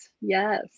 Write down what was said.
Yes